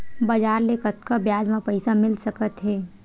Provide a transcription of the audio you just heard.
बजार ले कतका ब्याज म पईसा मिल सकत हे?